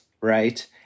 right